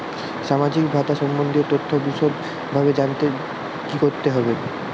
সামাজিক ভাতা সম্বন্ধীয় তথ্য বিষদভাবে জানতে কী করতে হবে?